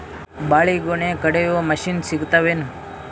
ಬಾಳಿಗೊನಿ ಕಡಿಯು ಮಷಿನ್ ಸಿಗತವೇನು?